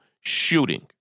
shooting